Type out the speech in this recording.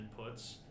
inputs